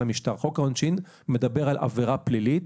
חוק העונשין מדבר על עבירה פלילית